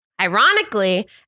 Ironically